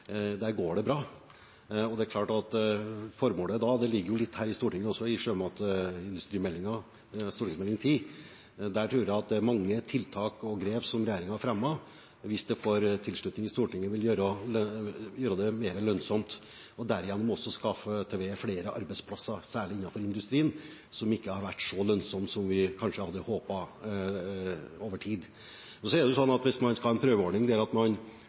det mange tiltak og grep som regjeringen har fremmet, som jeg tror – hvis det får tilslutning i Stortinget – vil gjøre det mer lønnsomt og derigjennom også skaffe til veie flere arbeidsplasser, særlig innenfor industrien, som ikke har vært så lønnsom over tid som vi kanskje hadde håpet. Så er det slik at hvis man skal ha en prøveordning der man over tid reduserer biomassen gjennomsnittlig over hele året, så er jeg ikke helt sikker på at